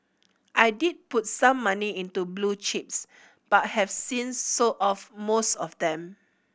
I did put some money into blue chips but have since sold off most of them